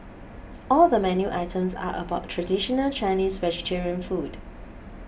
all the menu items are about traditional Chinese vegetarian food